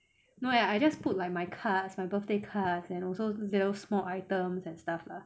no eh I just put like my cards my birthday cards and also those small items and stuff lah